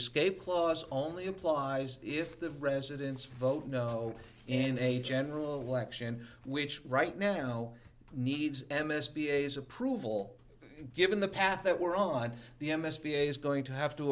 escape clause only applies if the residents vote no in a general election which right now needs m s b a's approval given the path that we're on the m s p is going to have to